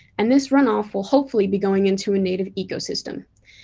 and this runoff will hopefully be going into a native ecosystem.